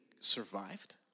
survived